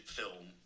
film